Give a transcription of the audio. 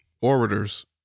orators